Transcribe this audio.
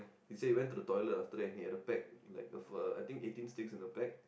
he say he went to the toilet after that he had a pack like of a eighteen sticks in the pack